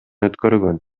өткөргөн